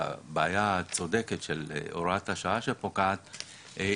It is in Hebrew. בעיה צודקת של הוראת השעה שפוקעת,